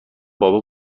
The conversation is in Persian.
بابا